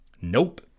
Nope